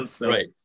right